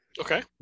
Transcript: Okay